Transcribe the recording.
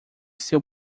seu